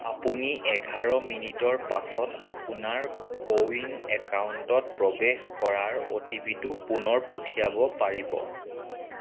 আপুনি এঘাৰ মিনিটৰ পাছত আপোনাৰ কো ৱিন একাউণ্টত প্ৰৱেশ কৰাৰ অ' টি পি টো পুনৰ পঠিয়াব পাৰিব